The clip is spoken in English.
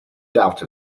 doubt